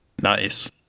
Nice